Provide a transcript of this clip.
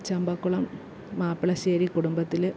ചമ്പക്കുളം മാപ്പിളശ്ശേരി കുടുംബത്തിൽ